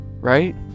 Right